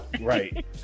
Right